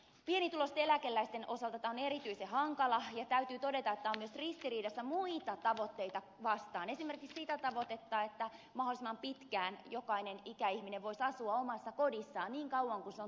pienituloisten eläkeläisten osalta tämä on erityisen hankala ja täytyy todeta että se on myös ristiriidassa muiden tavoitteiden kanssa esimerkiksi sen tavoitteen että mahdollisimman pitkään jokainen ikäihminen voisi asua omassa kodissaan niin kauan kuin se on turvallisesti mahdollista